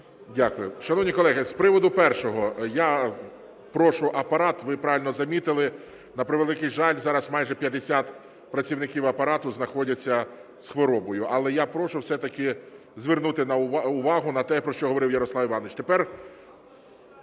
Дякую. Шановні колеги, з приводу першого. Я прошу Апарат, ви правильно замітили, на превеликий жаль, зараз майже 50 працівників Апарату знаходяться з хворобою, але я прошу все-таки звернути увагу на те, про що говорив Ярослав Іванович.